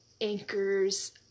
anchors